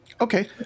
Okay